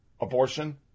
abortion